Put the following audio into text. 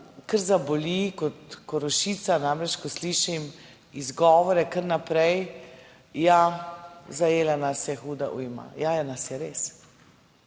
kar zaboli kot Korošica, namreč, ko slišim izgovore kar naprej, ja, zajela nas je huda ujma. Ja, nas je